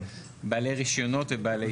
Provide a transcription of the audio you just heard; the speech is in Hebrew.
בעלי רישיונות ובעלי האישור.